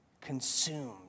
consumed